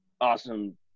awesome